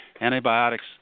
Antibiotics